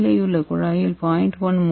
மேலேயுள்ள குழாயில் 0